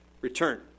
return